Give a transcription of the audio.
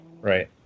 Right